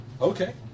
Okay